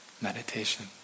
meditation